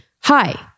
Hi